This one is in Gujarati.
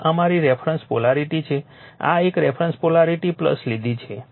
આ અમારી રેફરન્સ પોલારિટી છે આ એક રેફરન્સ પોલારિટી લીધી છે